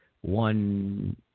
one